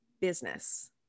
business